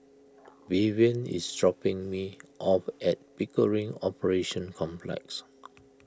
Vivian is dropping me off at Pickering Operations Complex